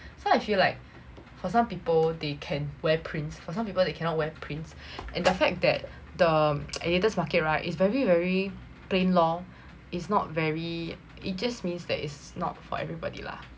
so actually I feel like for some people they can wear prints for some people they cannot wear prints and the fact that the editor's market right is very very plain lor is not very it just means that its not for everybody lah